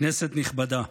כנסת נכבדה,